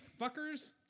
fuckers